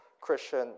Christian